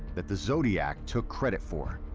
that the zodiac took credit for.